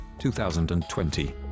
2020